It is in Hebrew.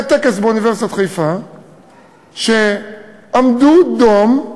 היה טקס באוניברסיטת חיפה שעמדו דום,